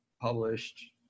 published